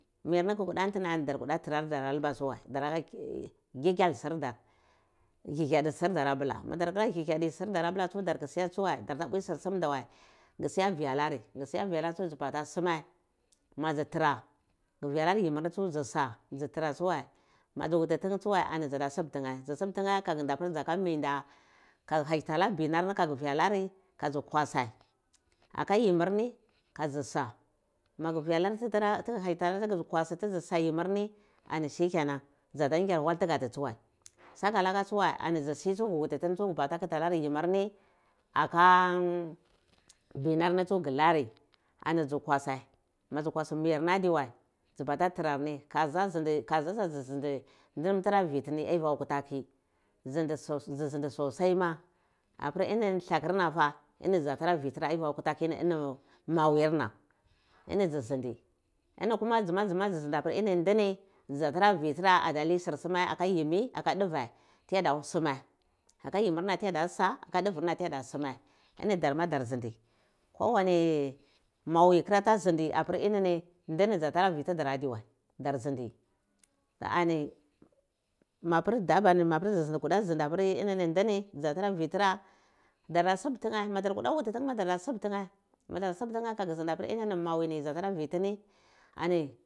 Mir ni kukuta ntini ani dar kuda tarar dur aluba dara gi gyal sir dur hihiyadir sur dar abilawai dar ku si tsuwai mada ta mpwi sir sum dar wai gu suwan vi alari vialar tsun dzu bata sime madzi tra gi vialar yimir ni tsu dzusa dzurar tsuwae madzu wuti tinhe tsuya dza sub tinye dzu subtine to agi ndapir dza ka mi nda ka haita hari binar nar ga gi vialari tiga sakalwa tsuwai ani dzu si tiga wuti tini tiga bata kitanar yimmirni aka brarnar tiga lati ani dzu kwasai madzu kwasai ani mir nar adi wai dza bata tarar ni kaza nda ndi tara vitini aivi aka tkuta kyi dzii zindi sa so sai ma apir ini lakirnafa ini dzi dzatara vitira aivi akwa kuta ki ini mwayirna ni dzi zindi ni dzi mazi kuda zindi apir ndini dza zda kuda vi tira kadzi lai sir suma aka yimmir sa aka duve simma aka yimmir sa aka duve simma aka yimmir nam diya dyi sa aka duver na nam diy aya sume ini darma dar zhindi kawani mawi kura ta zhindi apir nini ndae ni da tara vitigur adiwai dar zindi to ani mapir dada ni mapi dzukudd zindi apir mapir dada ni mapi dzukudd zindi apir inini ndini dikuda vitra tada sub tune madar subtine kaganda pir ninimaui ni yi dza